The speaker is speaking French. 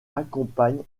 accompagne